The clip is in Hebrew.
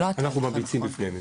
יותר נכון הוא שאנחנו ממליצים בפניהם.